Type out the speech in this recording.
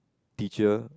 teacher